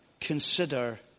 consider